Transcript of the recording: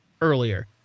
earlier